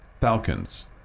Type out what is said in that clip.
Falcons